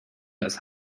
das